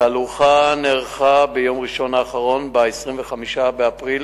התהלוכה נערכה ביום ראשון האחרון, ב-25 באפריל,